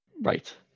Right